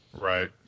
Right